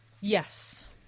Yes